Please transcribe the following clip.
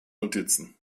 notizen